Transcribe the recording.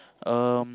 um